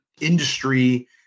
industry